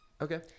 Okay